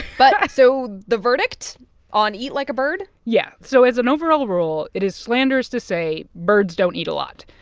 but so the verdict on eat like a bird? yeah. so as an overall rule, it is slanderous to say birds don't eat a lot.